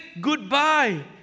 goodbye